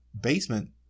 basement